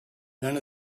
none